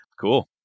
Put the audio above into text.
Cool